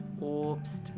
Obst